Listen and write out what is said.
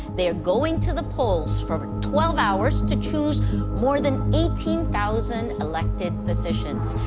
they're going to the polls for twelve hours to choose more than eighteen thousand elected positions.